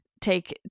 take